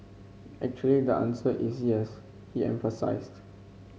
actually the answer is yes he emphasised